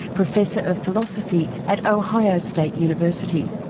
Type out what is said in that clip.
professor of philosophy at ohio state university.